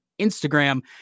instagram